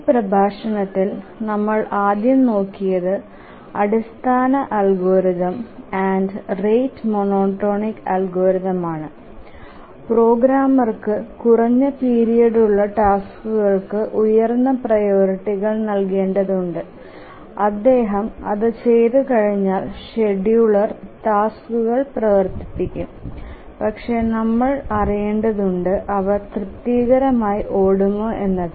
ഈ പ്രഭാഷണത്തിൽ നമ്മൾ ആദ്യം നോക്കിയത് അടിസ്ഥാന algorithm and rate monotonic algorithm ആണ് പ്രോഗ്രാമർക്ക് കുറഞ്ഞ പീരിയഡ്ലുള്ള ടാസ്ക്കുകൾക്ക് ഉയർന്ന പ്രിയോറിറ്റികൾ നൽകേണ്ടതുണ്ട് അദ്ദേഹം അത് ചെയ്തുകഴിഞ്ഞാൽ ഷെഡ്യൂളർ ടാസ്ക്കുകൾ പ്രവർത്തിപ്പിക്കും പക്ഷേ നമ്മൾ അറിയേണ്ടതുണ്ട് അവ തൃപ്തികരമായി ഓടുമോ എന്നത്